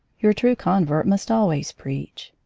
your true convert must always preach.